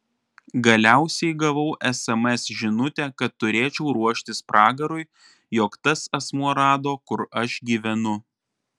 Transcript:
galiausiai gavau sms žinutę kad turėčiau ruoštis pragarui jog tas asmuo rado kur aš gyvenu